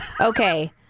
okay